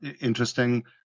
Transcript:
interesting